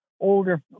older